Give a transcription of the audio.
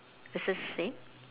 does it say